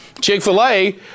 Chick-fil-A